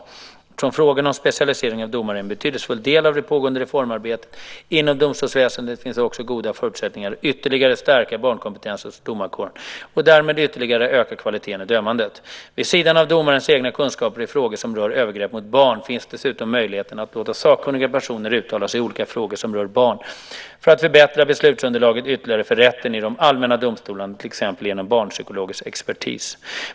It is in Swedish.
Eftersom frågan om specialisering av domare är en betydelsefull del av det pågående reformarbetet inom domstolsväsendet finns det också goda förutsättningar att ytterligare stärka barnkompetensen hos domarkåren och därmed ytterligare öka kvaliteten i dömandet. Vid sidan av domarens egna kunskaper i frågor som rör övergrepp mot barn finns dessutom möjligheten att låta sakkunniga personer uttala sig i olika frågor som rör barn för att förbättra beslutsunderlaget ytterligare för rätten i de allmänna domstolarna, till exempel genom barnpsykologisk expertis.